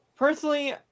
Personally